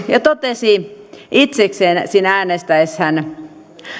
ja totesi itsekseen siinä äänestäessään